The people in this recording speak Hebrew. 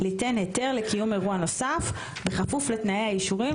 ליתן היתר לקיום אירוע נוסף בכפוף לתנאי האישורים,